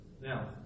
Now